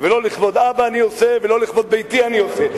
ולא לכבוד אבא אני עושה ולא לכבוד ביתי אני עושה.